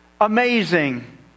amazing